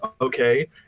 okay